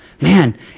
Man